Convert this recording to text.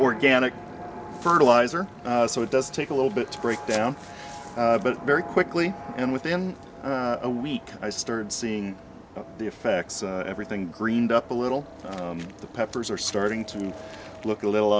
organic fertilizer so it does take a little bit to break down but very quickly and within a week i started seeing the effects of everything greened up a little the peppers are starting to look a little